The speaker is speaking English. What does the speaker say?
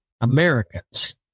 Americans